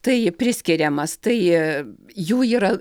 tai priskiriamas tai jų yra